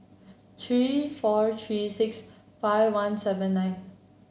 three four three six five one seven nine